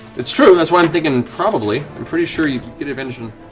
it's true, that's why i'm thinking probably, i'm pretty sure you can